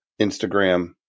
Instagram